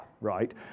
right